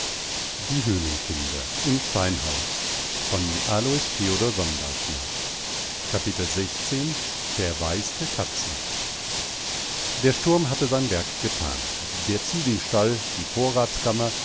tot verwaiste katzen der sturm hatte sein werk getan der ziegenstall die